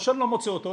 או שאני לא מוצא אותו,